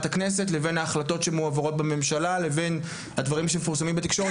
הכנסת לבין ההחלטות שמועברות בממשלה לבין הדברים שמפורסמים בתקשורת.